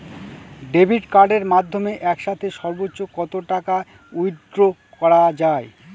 Debit কার্ডের মাধ্যমে একসাথে সর্ব্বোচ্চ কত টাকা উইথড্র করা য়ায়?